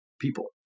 people